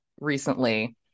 recently